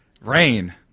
rain